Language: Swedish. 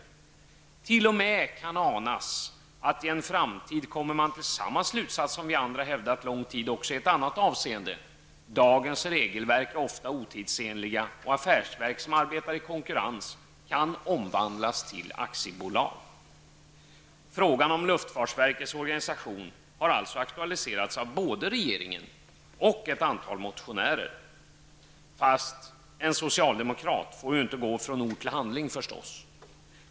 Det kan t.o.m. anas att man i en framtid kommer till samma slutsats som vi andra hävdat lång tid också i ett annat avseende: Dagens regelverk är ofta otidsenliga, och affärsverk som arbetar i konkurrens kan behöva omvandlas till aktiebolag. Frågan om luftfartsverkets organisation har alltså aktualiserats av både regeringen och ett antal motionärer. Fast en socialdemokrat får ju inte gå från ord till handling, förstås.